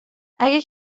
اگه